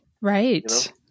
Right